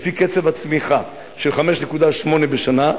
לפי קצב הצמיחה של 5.8% בשנה,